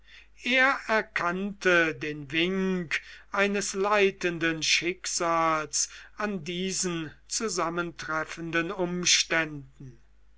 er erkannte den wink eines leitenden schicksals an diesen zusammentreffenden umständen